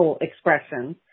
expressions